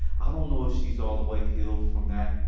i don't know if she's all the way healed from that,